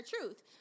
truth